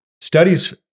studies